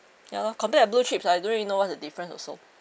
ya lor compared to blue chips I don't really know what's the difference also